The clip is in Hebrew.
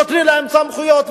נותנים להם סמכויות,